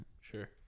Sure